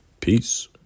Peace